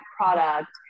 product